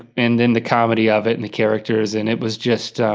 and then the comedy of it, and the characters, and it was just,